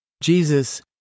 Jesus